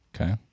Okay